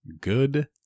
good